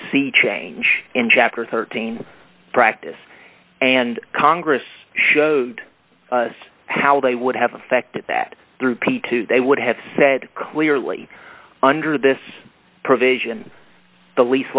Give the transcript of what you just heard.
sea change in chapter thirteen practice and congress showed us how they would have affected that through p two they would have said clearly under this provision the leas